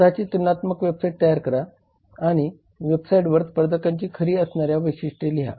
स्वतःची तुलनात्मक वेबसाइट तयार करा आणि वेबसाइटवर स्पर्धकांची खरी असणारी वैशिष्ट्ये लिहा